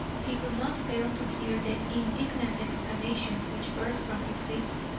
he could not fail to hear the indignant exclamation which burst from his lips,